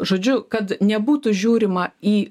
žodžiu kad nebūtų žiūrima į